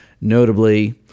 notably